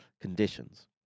conditions